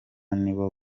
nibo